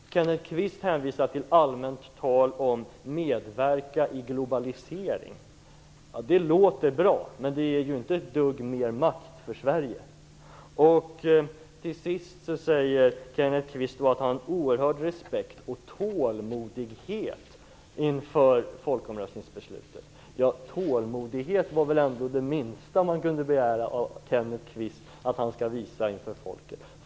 Kenneth Kvist hänvisar allmänt till medverkan i en globalisering. Det låter bra, men det ger inte ett dugg mer makt för Sverige. Till sist säger Kenneth Kvist att han har en oerhörd respekt och tålmodighet inför folkomröstningsbeslutet. Tålmodighet är väl ändå det minsta som man kunde begära att Kenneth Kvist skulle visa på den punkten.